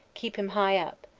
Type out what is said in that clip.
keep him high up,